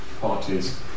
parties